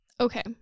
Okay